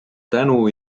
tänu